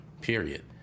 period